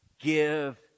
Give